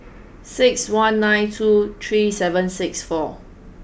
six one nine two three seven six four